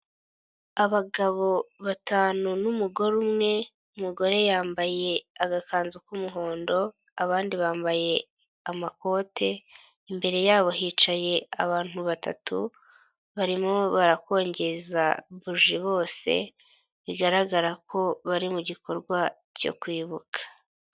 Abagabo batanu n'umugore. Umugore yambaye agakanzu k'umuhondo, abandi bambaye amakote. Imbere yabo hicaye abantu batatu barimo barakongeza buje bose, bigaragara ko bari mu gikorwa cyo kwibuka.